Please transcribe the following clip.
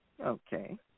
Okay